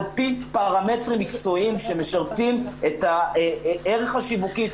על פי פרמטרים מקצועיים שמשרתים את הערך השיווקי,